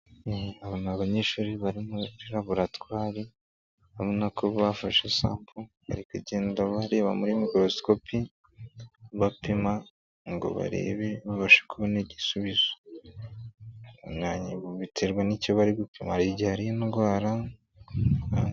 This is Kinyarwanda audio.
Abanyeshuri bari muri laboratwari bisa nkaho bafashe ubumenyi kugenda bareba muri mikorosikopi bapima ngo barebe ko babona ibitera indwara.